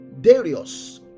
Darius